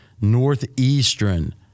Northeastern